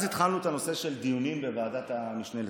התחלנו את הנושא של דיונים בוועדת המשנה לספורט.